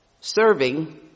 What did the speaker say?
serving